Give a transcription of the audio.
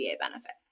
benefits